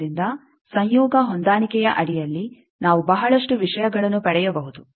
ಆದ್ದರಿಂದ ಸಂಯೋಗ ಹೊಂದಾಣಿಕೆಯ ಅಡಿಯಲ್ಲಿ ನಾವು ಬಹಳಷ್ಟು ವಿಷಯಗಳನ್ನು ಪಡೆಯಬಹುದು